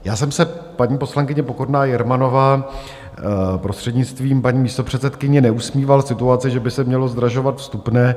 Já jsem se, paní poslankyně Pokorná Jermanová, prostřednictvím paní místopředsedkyně, neusmíval situaci, že by se mělo zdražovat vstupné.